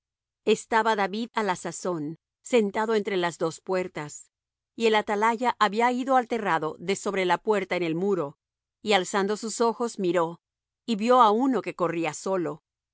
estaba david á la sazón sentado entre las dos puertas y el atalaya había ido al terrado de sobre la puerta en el muro y alzando sus ojos miró y vió á uno que corría solo